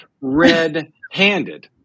red-handed